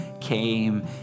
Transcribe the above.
came